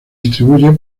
distribuye